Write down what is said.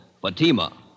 Fatima